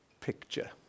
picture